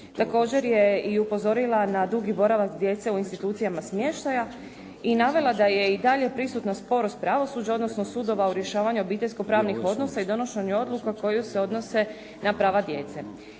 Također je i upozorila na dugi boravak djece u institucijama smještaja i navela da je i dalje prisutna sporost pravosuđa, odnosno sudova u rješavanju obiteljsko-pravnih odnosa i donošenju odluka koje se odnose na prava djece.